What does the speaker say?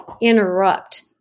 interrupt